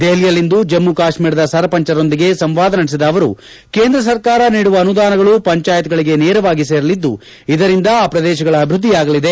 ದೆಹಲಿಯಲ್ಲಿಂದು ಜಮ್ಮ ಕಾಶ್ಮೀರದ ಸರ್ಪಂಚ್ಗಳೊಂದಿಗೆ ಸಂವಾದ ನಡೆಸಿದ ಅವರು ಕೇಂದ್ರ ಸರ್ಕಾರ ನೀಡುವ ಅನುದಾನಗಳು ಪಂಚಾಯತ್ಗಳಿಗೆ ನೇರವಾಗಿ ಸೇರಲಿದ್ದು ಇದರಿಂದ ಆ ಪ್ರದೇಶಗಳ ಅಭಿವೃದ್ಧಿಯಾಗಲಿದೆ